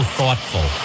thoughtful